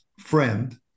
Friend